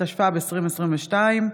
התשפ"ב 2022,